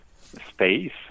space